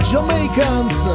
Jamaicans